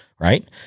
Right